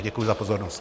Děkuji za pozornost.